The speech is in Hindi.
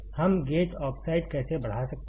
हम गेट ऑक्साइड कैसे बढ़ा सकते हैं